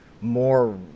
more